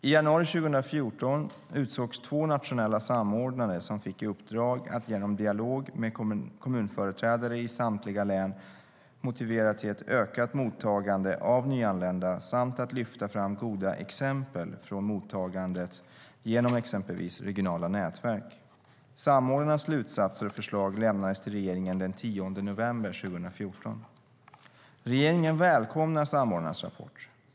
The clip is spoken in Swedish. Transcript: I januari 2014 utsågs två nationella samordnare som fick i uppdrag att genom dialog med kommunföreträdare i samtliga län motivera till ett ökat mottagande av nyanlända samt att lyfta fram goda exempel från mottagandet genom exempelvis regionala nätverk. Samordnarnas slutsatser och förslag lämnades till regeringen den 10 november 2014. Regeringen välkomnar samordnarnas rapport.